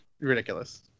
ridiculous